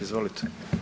Izvolite.